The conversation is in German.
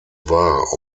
war